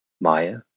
Maya